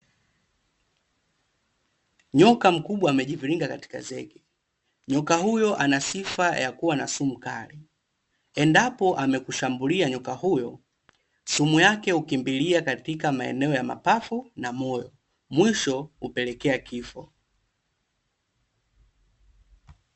Nyoka mkubwa amejiviringa katika zege. Nyoka huyo ana sifa ya kuwa na sumu kali. Endapo amekushambulia nyoka huyo, sumu yake hukimbilia katika maeneo ya mapafu na moyo, mwisho hupelekea kifo.